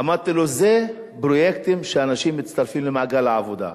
אמרתי לו: זה פרויקטים שאנשים מצטרפים למעגל העבודה.